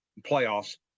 playoffs